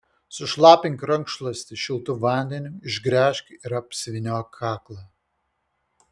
sušlapink rankšluostį šiltu vandeniu išgręžk ir apsivyniok kaklą